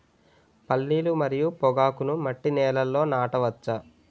పల్లీలు మరియు పొగాకును మట్టి నేలల్లో నాట వచ్చా?